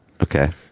Okay